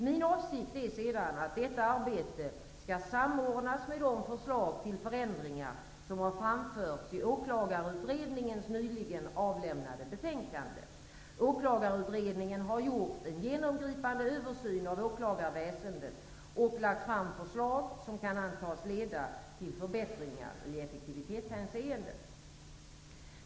Min avsikt är sedan att detta arbete skall samordnas med de förslag till förändringar som har framförts i Åklagarutredningens nyligen avlämnade betänkande. Åklagarutredningen har gjort en genomgripande översyn av åklagarväsendet och lagt fram förslag som kan antas leda till förbättringar i effektivitetshänseende.